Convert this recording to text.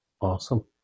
Awesome